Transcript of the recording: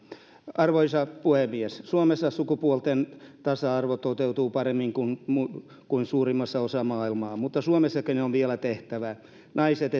arvoisa puhemies suomessa sukupuolten tasa arvo toteutuu paremmin kuin suurimmassa osassa maailmaa mutta suomessakin on vielä tehtävää naiset